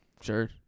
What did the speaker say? Sure